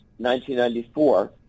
1994